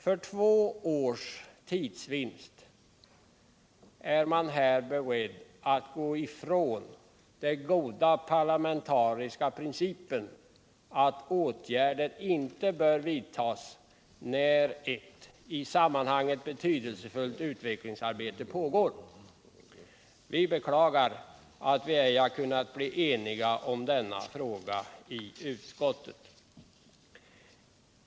För två års tidsvinst är man här beredd att gå ifrån den goda parlamentariska principen att åtgärder inte bör vidtagas när ett i sammanhanget betydelsefullt utvecklingsarbete pågår. Jag beklagar att vi ej kunnat bli eniga om denna fråga i utskottet.